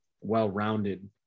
well-rounded